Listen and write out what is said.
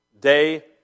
day